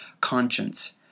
conscience